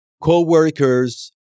co-workers